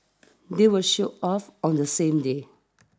they were shipped off on the same day